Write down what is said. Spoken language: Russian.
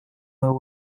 моего